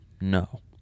No